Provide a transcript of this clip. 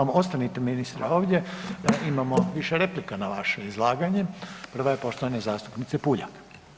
Imamo, ostanite ministre ovdje, imamo više replika na vaše izlaganje, prva je poštovane zastupnice Puljak.